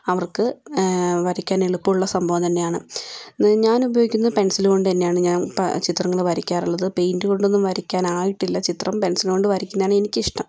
അവർക്ക് വരയ്ക്കാൻ എളുപ്പമുള്ള സംഭവം തന്നെയാണ് ഞാൻ ഉപയോഗിക്കുന്നത് പെൻസിൽ കൊണ്ട് തന്നെയാണ് ഞാൻ ചിത്രങ്ങൾ വരയ്ക്കാറുള്ളത് പെയിൻറ്റ് കൊണ്ടൊന്നും വരയ്ക്കാൻ ആയിട്ടില്ല ചിത്രം പെൻസിൽ കൊണ്ട് വരയ്ക്കുന്നത് ആണ് എനിക്കിഷ്ടം